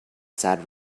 sad